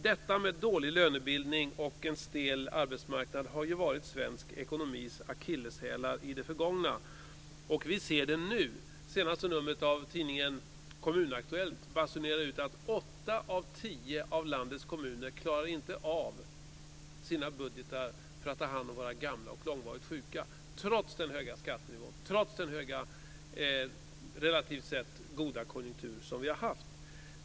Detta med dålig lönebildning och en stel arbetsmarknad har ju varit svensk ekonomis akilleshäl i det förgångna, och vi ser det nu också. Senaste numret av tidningen Kommunaktuellt basunerar ut att åtta av tio av landets kommuner inte klarar av sina budgetar för att ta hand om våra gamla och långvarigt sjuka trots den höga skattenivån och den relativt sett goda konjunktur som vi har haft.